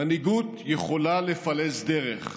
"מנהיגות יכולה לפלס דרך,